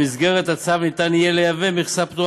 במסגרת הצו ניתן יהיה לייבא מכסה פטורה